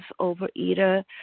overeater